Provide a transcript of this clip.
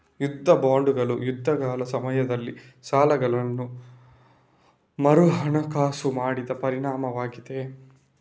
ಯುದ್ಧ ಬಾಂಡುಗಳು ಯುದ್ಧಗಳ ಸಮಯದಲ್ಲಿ ಸಾಲಗಳನ್ನು ಮರುಹಣಕಾಸು ಮಾಡಿದ ಪರಿಣಾಮವಾಗಿದೆ